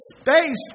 space